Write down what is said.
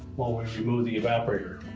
while we remove the evaporator.